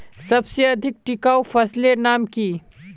सबसे अधिक टिकाऊ फसलेर नाम की?